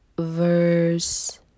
verse